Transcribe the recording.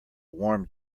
warm